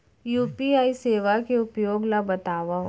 UPI सेवा के उपयोग ल बतावव?